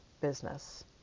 business